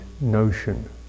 notion